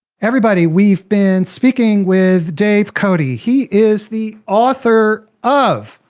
everybody, we've been speaking with dave cote. he he is the author of